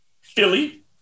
Philly